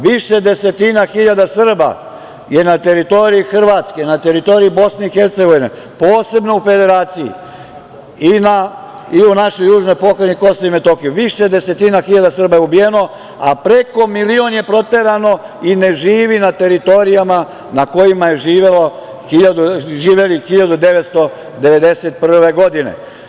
Više desetina hiljada Srba je na teritoriji Hrvatske, na teritoriji BiH, posebno u Federaciji i u našoj južnoj pokrajini KiM, više desetina hiljada Srba je ubijeno, a preko milion je proterano i ne živi na teritorijama na kojima je živelo 1991. godine.